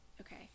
Okay